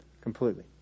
completely